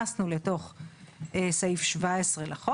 לא זה מה שהיא אמרה.